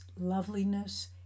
loveliness